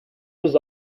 was